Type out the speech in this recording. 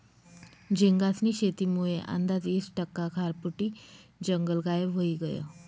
झींगास्नी शेतीमुये आंदाज ईस टक्का खारफुटी जंगल गायब व्हयी गयं